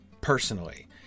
personally